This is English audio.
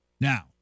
Now